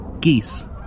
geese